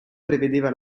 prevedeva